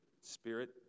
Spirit